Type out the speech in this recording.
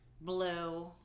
Blue